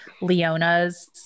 Leona's